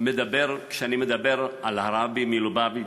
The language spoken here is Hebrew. כשאני מדבר על הרבי מלובביץ'